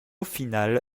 final